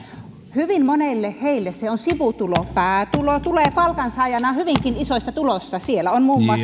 hyvin monelle heistä se on sivutulo päätulo tulee palkansaajana hyvinkin isoista tuloista siellä on muun muassa